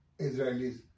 Israelis